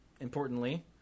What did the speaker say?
importantly